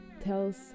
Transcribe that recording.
tells